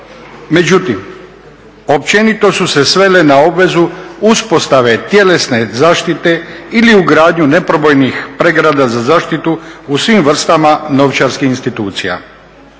Međutim, općenito su se svele na obvezu uspostave tjelesne zaštite ili ugradnju neprobojnih pregrada za zaštitu u svim vrstama novčarskih institucija.